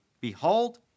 Behold